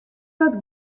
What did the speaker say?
wat